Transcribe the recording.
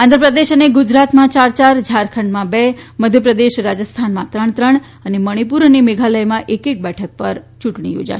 આંધ્રપ્રદેશ અને ગુજરાતમાં ચાર ચાર ઝારખંડમાં બે મધ્યપ્રદેશ રાજસ્થાનમાં ત્રણ ત્રણ અને મણીપુર અને મેઘાલયમાં એક એક બેઠક પર યુંટણી યોજાશે